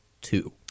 two